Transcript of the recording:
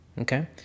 okay